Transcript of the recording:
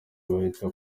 bahita